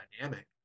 dynamic